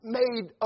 made